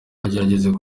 yageragezaga